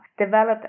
developed